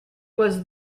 was